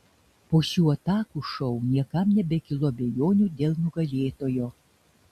po šių atakų šou niekam nebekilo abejonių dėl nugalėtojo